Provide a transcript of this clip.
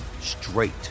straight